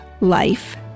life